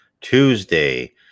tuesday